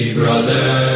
brother